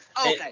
Okay